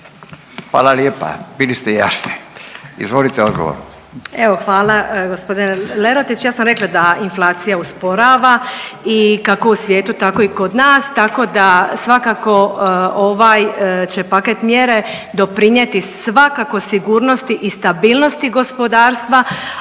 Hvala lijepa, bili ste jasni. Izvolite odgovor.